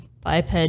biped